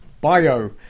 Bio